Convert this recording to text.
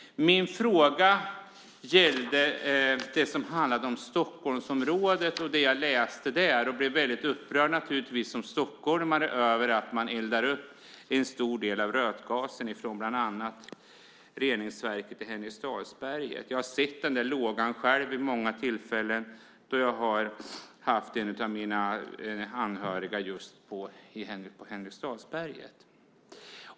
Min fråga gällde det som handlade om Stockholmsområdet och det jag läste om det. Jag blev som stockholmare naturligtvis upprörd över att man eldar upp en stor del av rötgasen från bland annat reningsverket i Henriksdalsberget. Jag har själv sett den där lågan vid många tillfällen eftersom jag har haft en av mina anhöriga just på Henriksdalsberget.